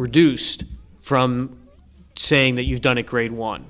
reduced from saying that you've done a great one